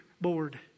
board